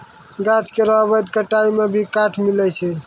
गाछ केरो अवैध कटाई सें भी काठ मिलय छै